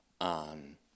on